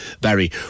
Barry